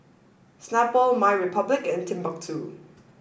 Snapple MyRepublic and Timbuk Two